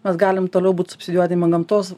mes galim toliau būt subsidijuodami gamtos